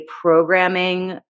programming